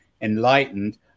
enlightened